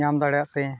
ᱧᱟᱢ ᱫᱟᱲᱮᱭᱟᱜ ᱛᱮ